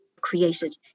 created